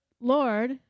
Lord